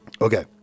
Okay